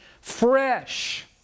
fresh